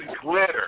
glitter